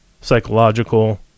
psychological